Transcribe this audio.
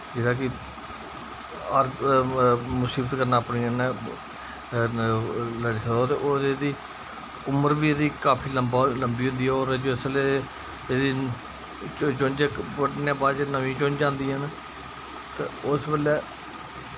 जेह्ड़ा कि मसीबत कन्नै अपनी कन्नै मतलब लड़ी सकदा ते होर एह्दी उमर बी एह्दी काफी लंबा लंबी होंदी ऐ होर जिसलै एह्दे चुंज इक नमीं चुंज आंदी ऐ ते उस बेल्लै